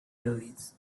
louis